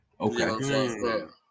Okay